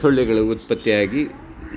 ಸೊಳ್ಳೆಗಳು ಉತ್ಪತ್ತಿಯಾಗಿ